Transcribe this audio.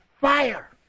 fire